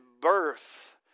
birth